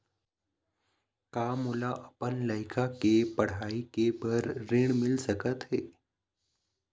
का मोला अपन लइका के पढ़ई के बर ऋण मिल सकत हे?